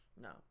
No